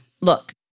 look